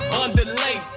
underlay